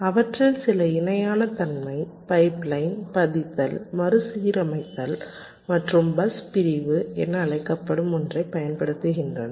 அவற்றில் சில இணையான தன்மை பைப்லைன் பதித்தல் மறுசீரமைத்தல் மற்றும் பஸ் பிரிவு என அழைக்கப்படும் ஒன்றைப் பயன்படுத்துகின்றனர்